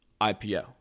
IPO